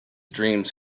dreams